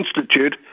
Institute